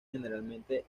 generalmente